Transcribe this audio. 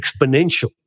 exponential